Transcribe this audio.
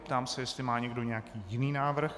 Ptám se, jestli má někdo nějaký jiný návrh.